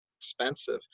expensive